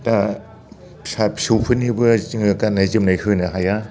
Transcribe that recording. दा फिसा फिसौफोरनिबो जोङो गान्नाय जोमनाय होनो हाया